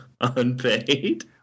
unpaid